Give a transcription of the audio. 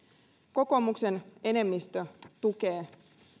kokoomuksen enemmistö tukee